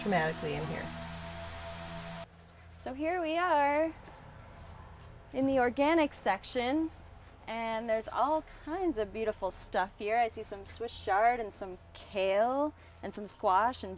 tremendously in here so here we are in the organic section and there's all kinds of beautiful stuff here i see some swiss chard and some kale and some squash and